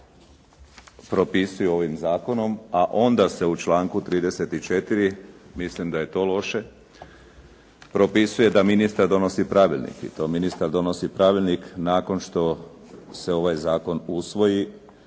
propisuje ovim zakonom, a onda se u članku 34. mislim da je to loše, propisuje da ministar donosi pravilnik nakon što se ovaj zakon usvoji,